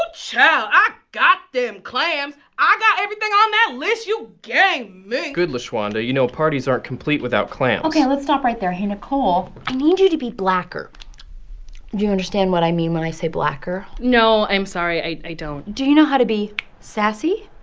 oh, child i got them clams. i got everything on that list you gave me good, lashawana. you know parties aren't complete without clams ok. let's stop right there. hey, nicole i need you to be blacker. do you understand what i mean when i say blacker? no, i'm sorry. i i don't do you know how to be sassy?